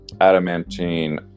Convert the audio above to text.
adamantine